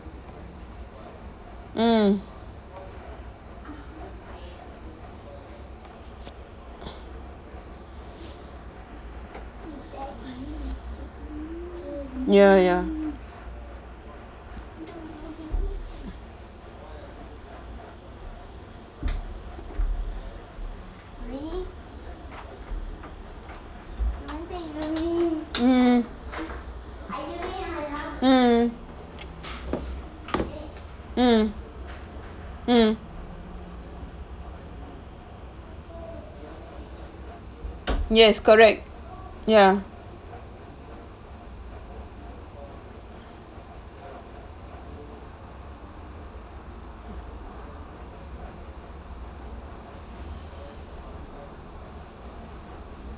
mm ya ya mm mm mm mm yes correct ya